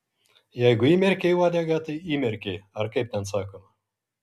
jeigu įmerkei uodegą tai įmerkei ar kaip ten sakoma